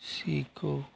सीखो